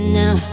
now